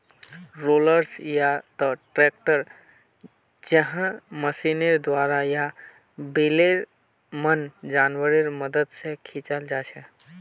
rollers या त tractor जैमहँ मशीनेर द्वारा या बैलेर मन जानवरेर मदद से खींचाल जाछे